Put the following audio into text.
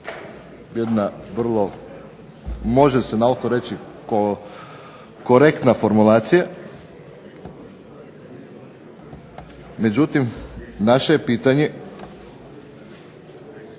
Jedna vrlo, može se naoko reći korektna formulacija, međutim naše je pitanje